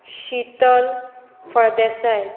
Shital Phaldesai